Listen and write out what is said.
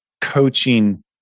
coaching